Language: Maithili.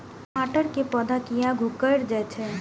टमाटर के पौधा किया घुकर जायछे?